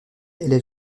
élève